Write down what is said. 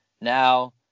now